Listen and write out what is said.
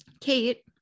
Kate